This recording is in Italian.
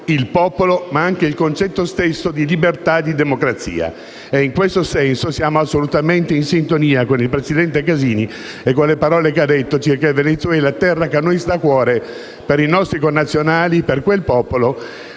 il popolo, ma anche gli stessi concetti di libertà e democrazia. In questo senso, siamo in assoluta sintonia con il presidente Casini e con le parole che ha pronunciato sul Venezuela, terra che a noi sta a cuore per i nostri connazionali, per quel popolo